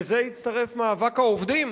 לזה הצטרף מאבק העובדים